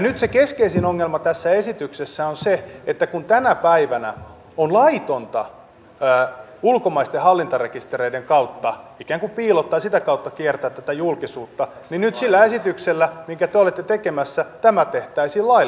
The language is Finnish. nyt se keskeisin ongelma tässä esityksessä on että kun tänä päivänä on laitonta ulkomaisten hallintarekistereiden kautta ikään kuin piilottaa ja sitä kautta kiertää tätä julkisuutta niin nyt sillä esityksellä minkä te olette tekemässä tämä tehtäisiin lailliseksi